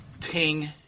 Ting